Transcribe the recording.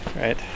right